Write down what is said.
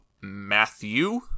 Matthew